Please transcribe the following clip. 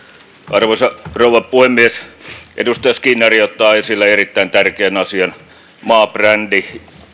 arvoisa rouva puhemies edustaja skinnari ottaa esille erittäin tärkeän asian maabrändin